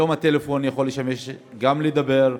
היום הטלפון יכול לשמש, גם לדבר,